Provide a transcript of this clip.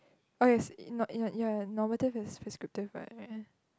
oh yes it not ya ya normative is prescriptive right ya